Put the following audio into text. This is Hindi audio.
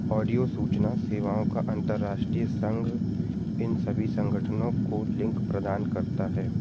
ऑडियो सूचना सेवाओं का अंतर्राष्ट्रीय संघ इन सभी संगठनों को लिंक प्रदान करता है